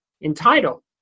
entitled